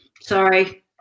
Sorry